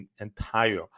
entire